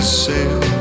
sail